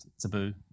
taboo